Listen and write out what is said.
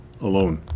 Alone